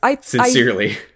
Sincerely